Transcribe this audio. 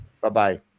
Bye-bye